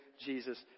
Jesus